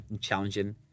challenging